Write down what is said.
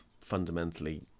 fundamentally